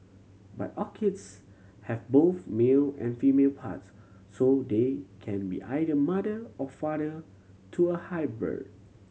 but orchids have both male and female parts so they can be either mother or father to a hybrid